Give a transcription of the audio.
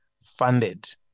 funded